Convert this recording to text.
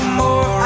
more